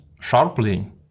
sharply